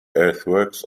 earthworks